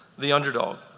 the underdog.